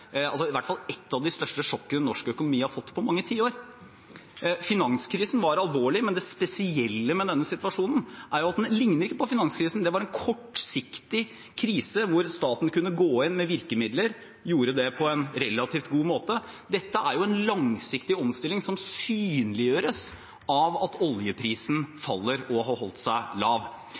i hvert fall et av de største sjokkene norsk økonomi har fått på mange tiår. Finanskrisen var alvorlig, men det spesielle med denne situasjonen er at den ligner ikke på finanskrisen. Det var en kortsiktig krise, hvor staten kunne gå inn med virkemidler, og gjorde det på en relativt god måte. Dette er en langsiktig omstilling, som synliggjøres av at oljeprisen faller, og har holdt seg lav.